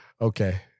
Okay